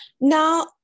now